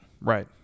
right